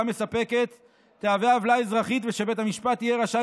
מספקת תהווה עוולה אזרחית ושבית המשפט יהיה רשאי